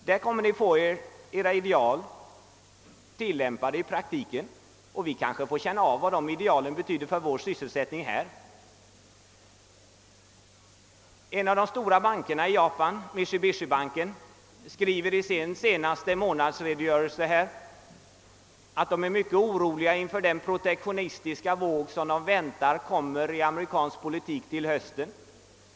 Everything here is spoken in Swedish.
Där kommer ni att få edra ideal tillämpade i praktiken och vi kanske kommer att få känna av vad de idealen betyder för vår sysselsättning. En av de stora bankerna i Japan, Mishubishi Bank, skriver i sin senaste månadsredogörelse att man är orolig inför den protektionistiska våg som man väntar i den amerikanska politiken till hösten.